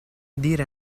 dire